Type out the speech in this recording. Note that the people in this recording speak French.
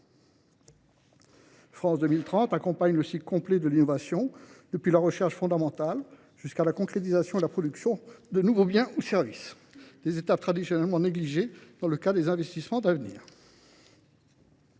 France 2030 accompagne le cycle complet de l’innovation, depuis la recherche fondamentale jusqu’à la concrétisation et la production de nouveaux biens ou services, des étapes traditionnellement négligées dans le cadre des investissements d’avenir.